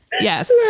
yes